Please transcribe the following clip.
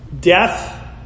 death